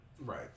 Right